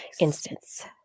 instance